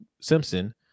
Simpson